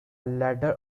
ladder